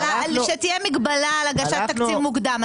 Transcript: שתהיה מגבלה על הגשת תקציב מוקדם.